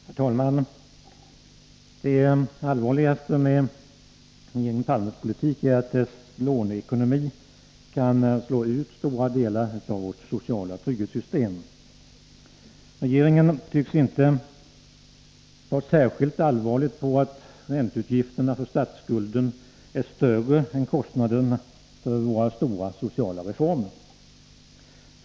Herr talman! Det allvarligaste med regeringen Palmes politik är att dess låneekonomi kan slå ut stora delar av vårt sociala trygghetssystem. Regeringen tycks inte ta särskilt allvarligt på att ränteutgifterna för statsskulden är större än kostnaderna för våra stora sociala reformer.